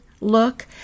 look